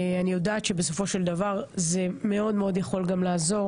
אני יודעת שבסופו של דבר זה מאוד יכול לעזור